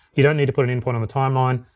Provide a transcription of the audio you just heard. you don't need to put an in point on the timeline.